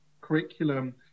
curriculum